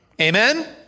Amen